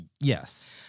yes